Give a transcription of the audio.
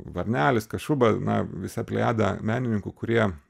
varnelis kašuba na visa plejada menininkų kurie